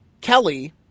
Kelly